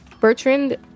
Bertrand